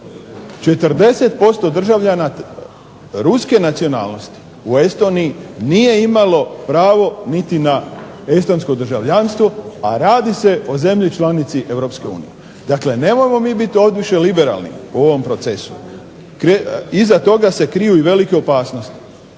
40% državljana ruske nacionalnosti u Estoniji nije imalo pravo niti na estonsko državljanstvo, a radi se o zemlji članici Europske unije. Dakle, nemojmo mi biti odviše liberalni u ovom procesu. Iza toga se kriju i velike opasnosti.